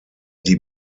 die